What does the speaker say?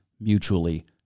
mutually